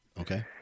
Okay